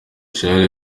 charles